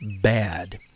bad